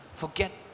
forget